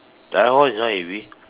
that one is not heavy